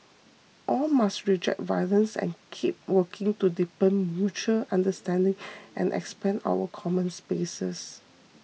all must reject violence and keep working to deepen mutual understanding and expand our common spaces